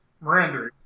Miranda